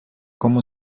кому